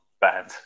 band